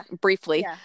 briefly